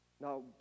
Now